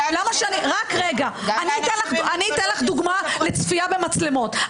רגע, אני אתן לך דוגמה לצפייה במצלמות.